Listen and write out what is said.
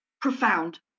profound